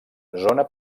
zona